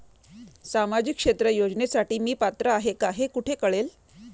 सामाजिक क्षेत्र योजनेसाठी मी पात्र आहे का हे कुठे कळेल?